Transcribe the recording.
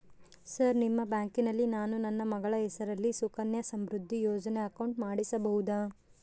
Sir ನಿಮ್ಮ ಬ್ಯಾಂಕಿನಲ್ಲಿ ನಾನು ನನ್ನ ಮಗಳ ಹೆಸರಲ್ಲಿ ಸುಕನ್ಯಾ ಸಮೃದ್ಧಿ ಯೋಜನೆ ಅಕೌಂಟ್ ಮಾಡಿಸಬಹುದಾ?